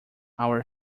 our